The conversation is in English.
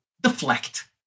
Deflect